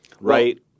Right